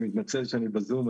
אני מתנצל שאני בזום,